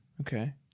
Okay